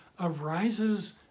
arises